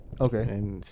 Okay